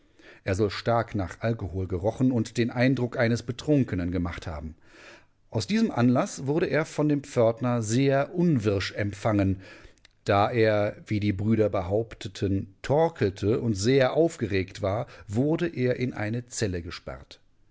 er soll stark nach alkohol gerochen und den eindruck eines betrunkenen gemacht haben aus diesem anlaß wurde er von dem pförtner sehr unwirsch empfangen da er wie die brüder behaupteten torkelte und sehr aufgeregt war wurde er in eine zelle gesperrt